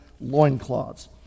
loincloths